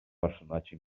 personatge